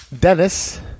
Dennis